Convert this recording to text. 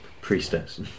Priestess